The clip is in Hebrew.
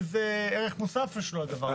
איזה ערך מוסף יש לדבר הזה?